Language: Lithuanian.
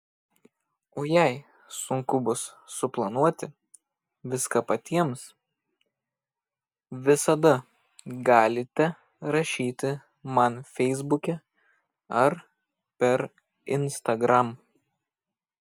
o jei sunku bus suplanuoti viską patiems visada galite rašyti man feisbuke ar per instagram